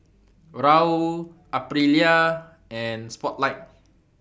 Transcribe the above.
Raoul Aprilia and Spotlight